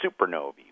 supernovae